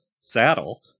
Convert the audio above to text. saddle